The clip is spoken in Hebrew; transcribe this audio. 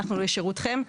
אנחנו לשירותכם.